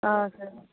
ஆ sir